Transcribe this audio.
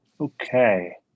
okay